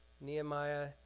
Nehemiah